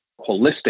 holistic